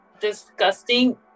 disgusting